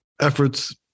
efforts